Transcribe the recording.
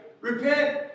Repent